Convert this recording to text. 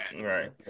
Right